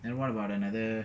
and what about another